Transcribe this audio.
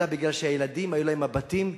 אלא מפני שלילדים היו מבטים כאלה,